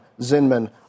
Zinman